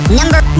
number